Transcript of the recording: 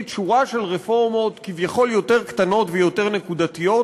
שורה של רפורמות כביכול יותר קטנות ויותר נקודתיות,